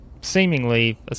seemingly